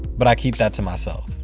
but i keep that to myself